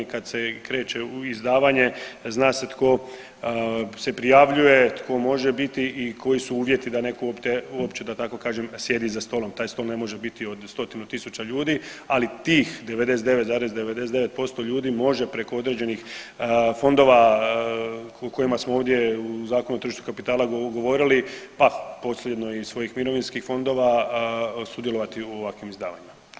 Kad se kreće u izdavanje zna se tko se prijavljuje, tko može biti i koji su uvjeti da neko uopće da tako kažem sjedi za stolom, taj stol ne može biti od stotinu tisuća ljudi, ali tih 99,99% ljudi može preko određenih fondova o kojima smo u Zakonu o tržištu kapitala govorili, pa posredno i svojih mirovinskih fondova sudjelovati u ovakvih izdavanjima.